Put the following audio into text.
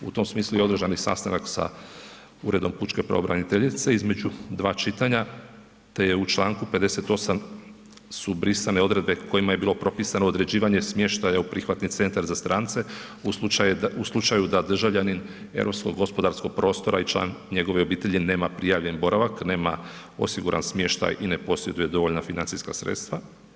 U tom smislu je održan i sastanak sa uredom pučke pravobraniteljice, između dva čitanja, te je u Članku 58. su brisane odredbe kojima je bilo propisano određivanje smještaja u prihvatni centar za strance u slučaju da državljanin Europskog gospodarskog prostora i član njegove obitelji nema prijavljen boravak, nema osiguran smještaj i ne posjeduje dovoljna financijska sredstva.